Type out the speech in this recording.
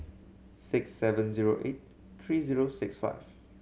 six seven zero eight three zero six five